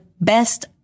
best